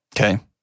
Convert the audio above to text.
Okay